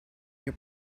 your